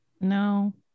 no